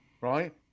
right